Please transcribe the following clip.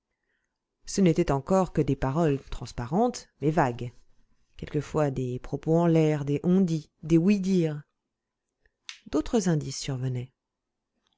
ce n'étaient guère encore que des paroles transparentes mais vagues quelquefois des propos en l'air des on-dit des ouï-dire d'autres indices survenaient